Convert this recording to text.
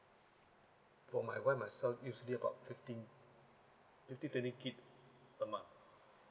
for my wife myself usually about fifteen fifteen twenty gigabyte a month